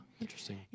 interesting